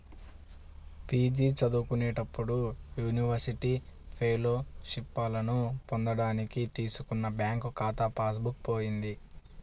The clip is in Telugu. పీ.జీ చదువుకునేటప్పుడు యూనివర్సిటీ ఫెలోషిప్పులను పొందడానికి తీసుకున్న బ్యాంకు ఖాతా పాస్ బుక్ పోయింది